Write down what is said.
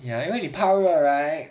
ya you know 你怕热 right